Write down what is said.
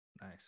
nice